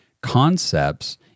concepts